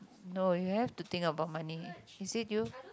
no you have to think about money is it you